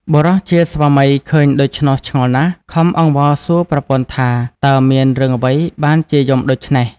បុរសជាស្វាមីឃើញដូច្នោះឆ្ងល់ណាស់ ខំអង្វរសួរប្រពន្ធថា តើមានរឿងអ្វីបានជាយំដូច្នេះ ?។